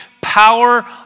power